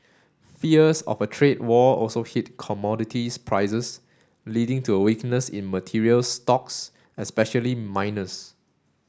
fears of a trade war also hit commodities prices leading to a weakness in materials stocks especially miners